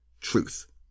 truth